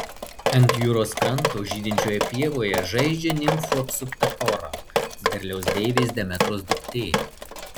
ant jūros kranto žydinčioje pievoje žaidžia nimfų apsupta kora derliaus deivės demetros duktė